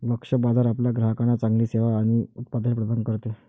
लक्ष्य बाजार आपल्या ग्राहकांना चांगली सेवा आणि उत्पादने प्रदान करते